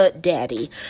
Daddy